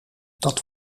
dat